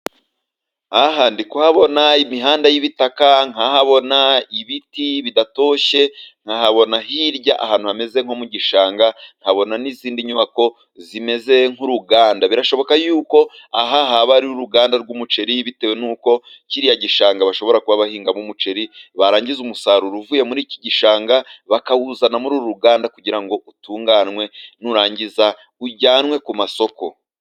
aha ndi kuhabona imihanda y'ibitaka, nkahabona ibiti bidatoshye, nkahabona hirya ahantu hameze nko mu gishanga. Nkabona n'izindi nyubako zimeze nk'uruganda, birashoboka yuko aha haba ari uruganda rw'umuceri, bitewe n'uko kiriya gishanga bashobora kuba bahingamo umuceri, barangiza umusaruro uvuye muri iki gishanga bakawuzana muri uru ruganda, kugira ngo utunganwe nurangiza ujyanwe ku masoko.